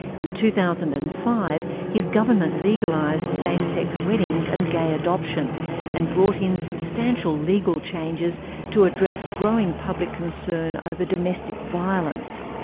in two thousand and five, his government legalised same-sex weddings and gay adoption and brought in substantial legal changes to address growing public concern over domestic violence.